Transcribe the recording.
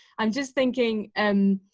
i'm just thinking, and